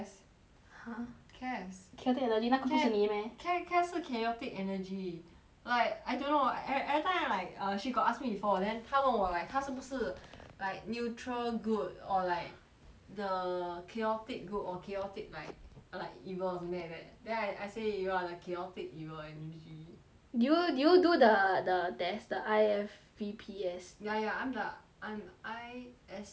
!huh! cas chaotic energy 那个不 ca~ 是你 meh ca~ cas 是 chaotic energy like I don't know e~ every time like err she got ask me before then 她问我 like 她是不是 like neutral good or like the chaotic good or chaotic like like evil or something like that then I I say you are the chaotic evil and she did you did you do the the test the I_F_V_P_S ya ya I'm the I'm I S something